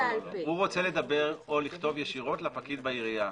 הוא לא רוצה לדבר או לכתוב ישירות לפקיד בעירייה.